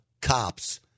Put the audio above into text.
cops